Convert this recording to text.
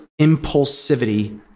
impulsivity